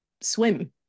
swim